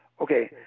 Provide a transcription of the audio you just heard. okay